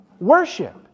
worship